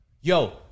Yo